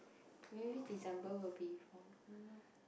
maybe December will be